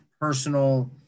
personal